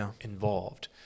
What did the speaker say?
involved